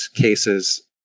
cases